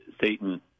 Satan